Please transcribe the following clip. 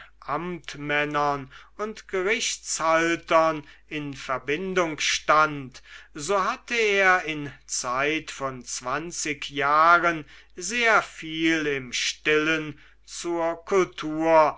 amtmännern und gerichtshaltern in verbindung stand so hatte er in zeit von zwanzig jahren sehr viel im stillen zur kultur